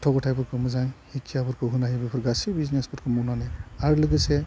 गथ' गथाइफोरखौ मोजां हिक्काफोरखौ होनो हायो बेफोर गासै बिजनेसफोरखौ मावनानै आरो लोगोसे